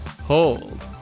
hold